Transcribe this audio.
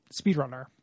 speedrunner